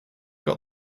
got